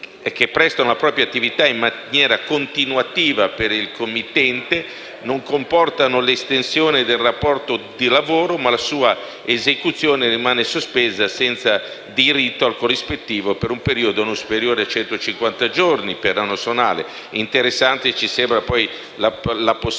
che prestano la propria attività in maniera continuativa per il committente non comportano l’estinzione del rapporto di lavoro, ma la sua esecuzione rimane sospesa senza diritto al corrispettivo per un periodo non superiore a centocinquanta giorni per anno solare. Interessante ci sembra poi la possibilità